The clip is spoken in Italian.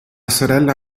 sorella